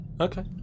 Okay